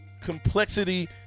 complexity